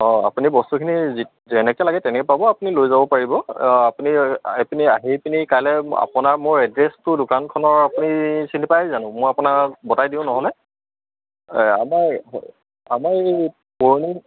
অঁ আপুনি বস্তুখিনি যি যেনেকৈ লাগে তেনেকৈ পাব আপুনি লৈ যাব পাৰিব আপুনি আপুনি আহি পিনি কাইলৈ আপোনাৰ মোৰ এড্ৰেছটো দোকানখনৰ আপুনি চিনি পাই জানো মই আপোনাক বতাই দিওঁ নহ'লে আমাৰ আমাৰ এই পুৰণি